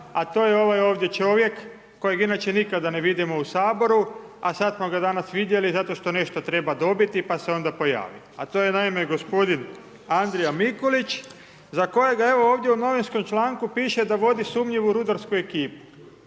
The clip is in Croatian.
a to je ovaj ovdje čovjek, kojeg inače nikada ne vidimo u Saboru, a sad smo ga danas vidjeli zato što nešto treba dobiti, pa se onda pojavi. A to je naime gospodin Andrija Mikulić, za kojega evo ovdje u novinskom članku piše da vodi sumnjivu rudarsku ekipu.